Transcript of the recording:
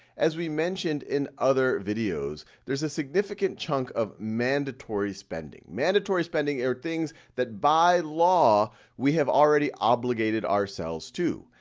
as we mentioned in other videos, there's a significant chunk of mandatory spending. mandatory spending are things that by law we have already obligated ourselves to.